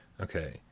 okay